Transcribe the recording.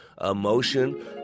emotion